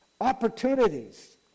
Opportunities